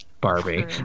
Barbie